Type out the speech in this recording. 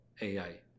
AI